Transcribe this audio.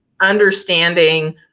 understanding